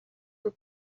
were